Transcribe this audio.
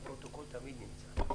למדתי שהפרוטוקול תמיד נמצא.